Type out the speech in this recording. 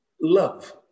love